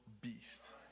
beast